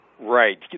Right